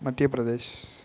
Madhya Pradesh